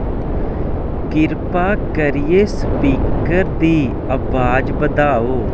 किरपा करियै स्पीकर दी अवाज बधाओ